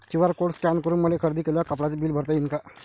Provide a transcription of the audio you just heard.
QR code scan करून मले खरेदी केलेल्या कापडाचे बिल भरता यीन का?